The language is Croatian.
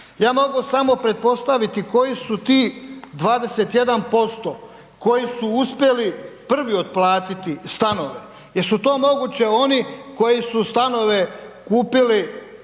Ja mogu samo pretpostaviti koji su tih 21% koji su uspjeli prvi otplatiti stanove, jel su to moguće oni koji su stanove kupili